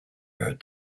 heard